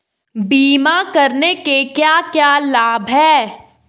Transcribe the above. बीमा करने के क्या क्या लाभ हैं?